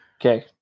Okay